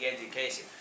education